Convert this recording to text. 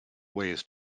ways